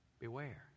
beware